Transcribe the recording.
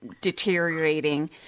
deteriorating